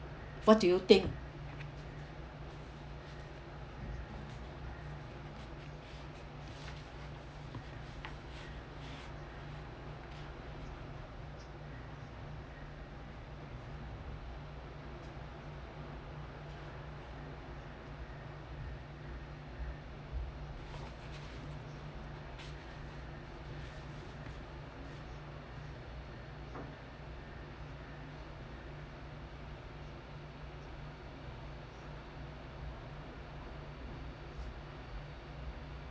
what do you think